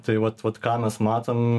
tai vat vat ką mes matom